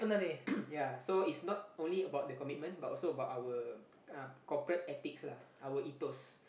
ya so it's not only about the commitment but also about our uh corporate ethics lah our ethos